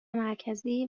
مرکزی